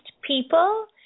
people